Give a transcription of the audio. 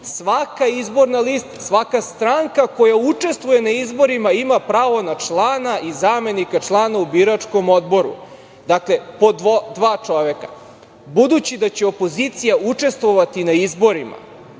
Svaka izborna lista, svaka stranka koja učestvuje na izborima ima pravo na člana i zamenika člana u biračkom odboru. Dakle, po dva čoveka. Budući da će opozicija učestvovati na izborima,